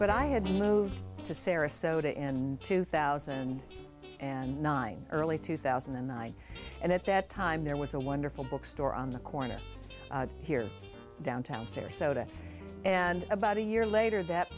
but i had to move to sarasota and two thousand and nine early two thousand and nine and at that time there was a wonderful bookstore on the corner here downtown sarasota and about a year later that